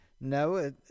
No